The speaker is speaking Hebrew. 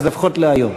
אז לפחות להיום.